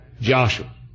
Joshua